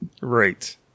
Right